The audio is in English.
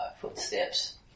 footsteps